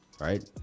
right